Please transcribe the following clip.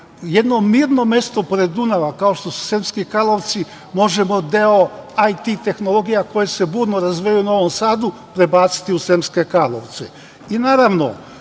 Jedno mirno mesto pored Dunava kao što su Sremski Karlovci, možemo deo IT tehnologija koje se burno razvijaju u Novom Sadu prebaciti u Sremske Karlovce. Naravno,